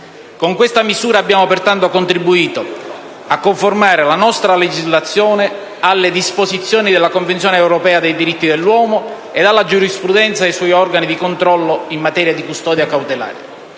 Con questa misura abbiamo pertanto contribuito a conformare la nostra legislazione alle disposizioni della Convenzione europea dei diritti dell'uomo ed alla giurisprudenza dei suoi organi di controllo in materia di custodia cautelare.